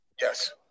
Yes